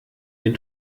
den